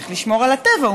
צריך לשמור על הטבע.